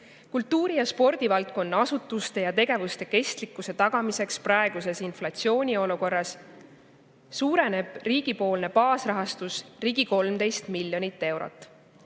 Kultuuri- ja spordivaldkonna asutuste ja tegevuste kestlikkuse tagamiseks praeguses inflatsiooniolukorras suureneb riigipoolne baasrahastus ligi 13 miljoni euro